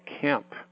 camp